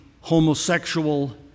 homosexual